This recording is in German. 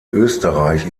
österreich